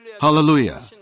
Hallelujah